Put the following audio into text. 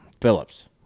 Phillips